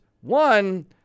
one